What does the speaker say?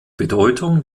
bedeutung